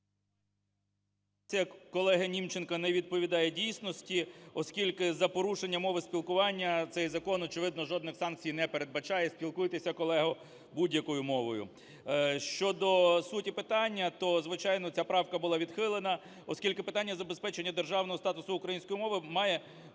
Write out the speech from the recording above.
колеги Німченка не відповідає дійсності, оскільки за порушення мови спілкування цей закон очевидно жодних санкцій не передбачає. Спілкуйтеся, колего, будь-якою мовою. Щодо суті питання, то звичайно ця правка була відхилена, оскільки питання забезпечення державного статусу української мови має